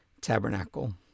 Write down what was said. Tabernacle